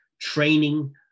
training